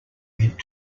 went